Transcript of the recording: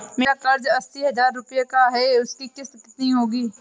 मेरा कर्ज अस्सी हज़ार रुपये का है उसकी किश्त कितनी होगी?